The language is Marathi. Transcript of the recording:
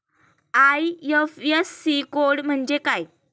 आय.एफ.एस.सी कोड म्हणजे काय?